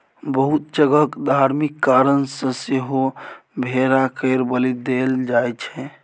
बहुत जगह धार्मिक कारण सँ सेहो भेड़ा केर बलि देल जाइ छै